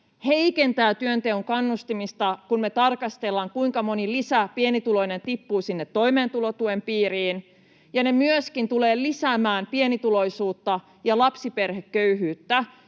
heikentävät työnteon kannustimia, kun me tarkastellaan, kuinka monta pienituloista lisää tippuu sinne toimeentulotuen piiriin, ja ne myöskin tulevat lisäämään pienituloisuutta ja lapsiperheköyhyyttä,